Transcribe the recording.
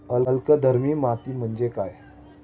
अल्कधर्मी माती म्हणजे काय?